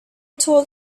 told